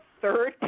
third